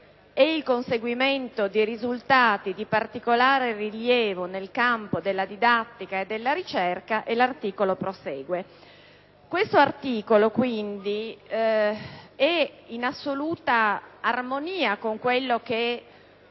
e il conseguimento di risultati di particolare rilievo nel campo della didattica e della ricerca (...)». Questo articolo, quindi, è in assoluta armonia con quello che